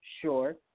Sure